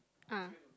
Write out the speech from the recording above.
ah